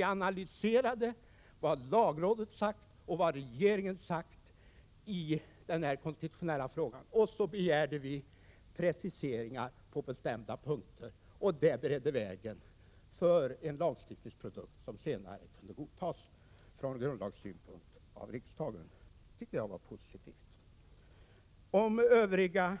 Vi analyserade vad lagrådet och regeringen sagt i denna konstitutionella fråga, och vi begärde preciseringar på bestämda punkter. Det beredde väg för en lagstiftningsprodukt, som senare kunde godtas från grundlagssynpunkt av riksdagen. Det tycker jag var positivt. Om övriga